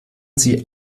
sie